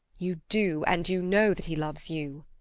you do, and you know that he loves you.